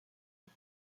een